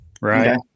right